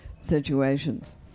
situations